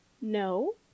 no